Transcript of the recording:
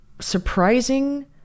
surprising